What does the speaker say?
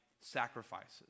sacrifices